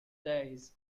days